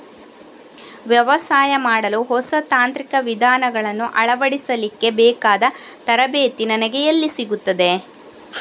ವ್ಯವಸಾಯ ಮಾಡಲು ಹೊಸ ತಾಂತ್ರಿಕ ವಿಧಾನಗಳನ್ನು ಅಳವಡಿಸಲಿಕ್ಕೆ ಬೇಕಾದ ತರಬೇತಿ ನನಗೆ ಎಲ್ಲಿ ಸಿಗುತ್ತದೆ?